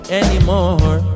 anymore